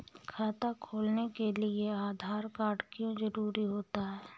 खाता खोलने के लिए आधार कार्ड क्यो जरूरी होता है?